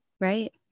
Right